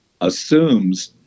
assumes